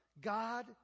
God